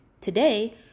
Today